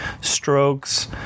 strokes